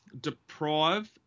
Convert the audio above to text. Deprive